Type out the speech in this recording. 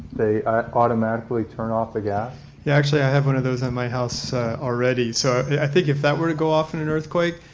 they automatically turn off the gas. yeah, actually i have one of those in my house already. so i think if that were to go off in an earthquake,